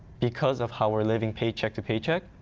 because of how we're living paycheck to pay check,